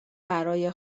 برای